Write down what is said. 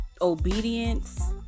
Obedience